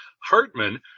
Hartman